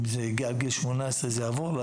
אם היא מגיעה לגיל 18 זה יעבור לה,